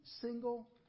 single